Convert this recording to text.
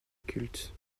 culte